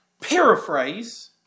paraphrase